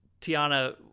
Tiana